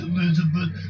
Elizabeth